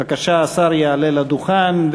בבקשה, השר יעלה לדוכן.